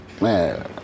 Man